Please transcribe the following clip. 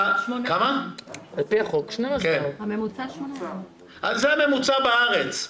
זה הממוצע בארץ.